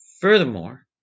Furthermore